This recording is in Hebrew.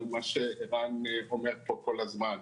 ועל מה שערן אומר פה כל הזמן.